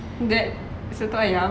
that soto ayam